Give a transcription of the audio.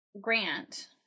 grant